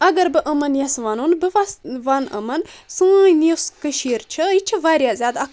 اگر بہٕ یِمن یژھہٕ وَنُن بہٕ ونہٕ یِمن سٲنۍ یۄس کٔشیر چھِ یہِ چھِ واریاہ زیادٕ اکھ